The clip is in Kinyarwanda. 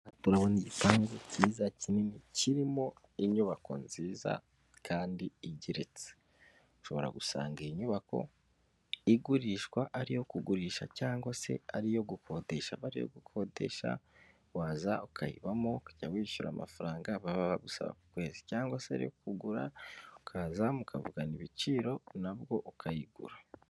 Turabona igipangu cyiza kinini kirimo inyubako nziza kandi igeretse, ushobora gusanga iyi nyubako igurishwa, ari iyo kugurisha cyangwa se ari iyo gukodesha abaye ariyo gukodesha waza ukayibamo ukajya wishyura amafaranga baba bagusaba ku kwezi, cyangwa se ariyo kugura ukaza mukavugana ibiciro nabwo ukayigura.